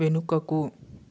వెనుకకు